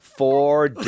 Four